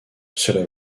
cela